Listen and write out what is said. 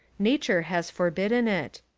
nature has forbidden it.